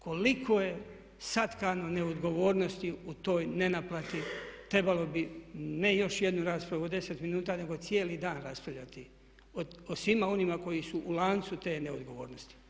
Koliko je satkano neodgovornosti u toj nenaplati, trebalo bi ne još jednu raspravu od 10 minuta nego cijeli dan raspravljati o svima onima koji su u lancu te neodgovornosti.